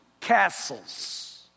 castles